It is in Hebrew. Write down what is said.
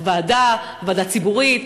ועדה ציבורית,